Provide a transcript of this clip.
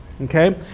okay